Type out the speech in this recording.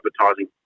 advertising